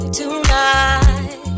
tonight